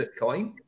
Bitcoin